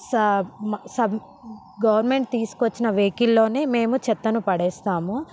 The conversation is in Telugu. సా మ స గవర్నమెంట్ తీసుకొచ్చిన వెహికిల్లోనే మేము చెత్తను పడేస్తాము